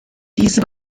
diese